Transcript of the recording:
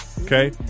okay